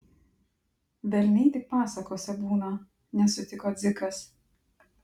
velniai tik pasakose būna nesutiko dzikas